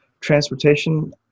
transportation